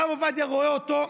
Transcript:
הרב עובדיה רואה אותו,